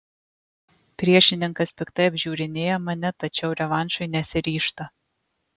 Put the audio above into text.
priešininkas piktai apžiūrinėja mane tačiau revanšui nesiryžta